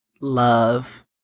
love